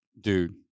dude